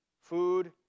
food